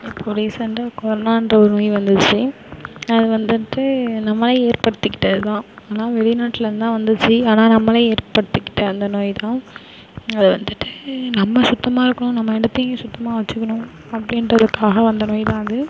இப்போது ரீசெண்ட்டா கொரோனான்ற ஒரு நோய் வந்துச்சு அது வந்துவிட்டு நம்மளாக ஏற்படுத்திக்கிட்டதுதான் ஆனால் வெளிநாட்டுலேருந்து தான் வந்துச்சு ஆனா நம்மளே ஏற்படுத்திக்கிட்டு அந்த நோய்தான் அது வந்துவிட்டு நம்ம சுத்தமாக இருக்கணும் நம்ம இடத்தையும் சுத்தமாக வச்சுக்கணும் அப்படின்றதுக்காக வந்த நோய்தான் அது